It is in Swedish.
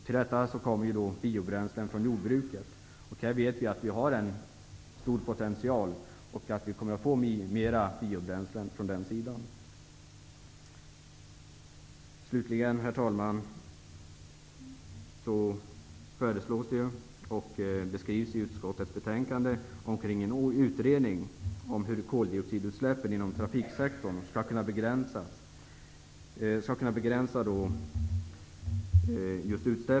Till detta kommer biobränslen från jordbruket. Här vet vi att vi har en stor potential och att vi kommer att få mer biobränslen från den sidan. Slutligen, herr talman, beskrivs det i utskottets betänkande att man har dragit i gång en utredning om hur koldioxidutsläppen inom trafiksektorn skall kunna begränsas.